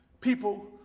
People